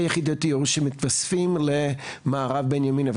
יחידות דיור שמתווספות למערב בנימינה.